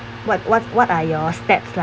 what what what are your steps lah